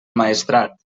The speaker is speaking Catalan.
maestrat